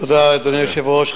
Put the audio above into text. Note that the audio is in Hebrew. תודה, אדוני היושב-ראש.